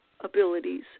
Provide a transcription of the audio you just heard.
Abilities